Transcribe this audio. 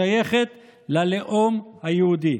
מדינתנו היא מדינה יהודית והיא שייכת ללאום היהודי.